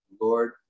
Lord